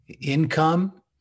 income